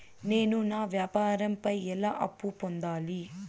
నేను నా వ్యాపారం పై ఎలా అప్పు పొందాలి?